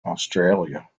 australia